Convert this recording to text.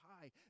high